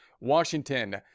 Washington